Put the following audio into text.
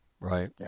right